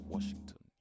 Washington